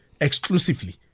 exclusively